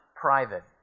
private